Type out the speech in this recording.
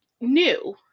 new